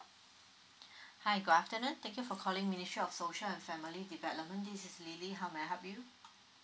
hi good afternoon thank you for calling ministry of social and family development this is lily how may I help you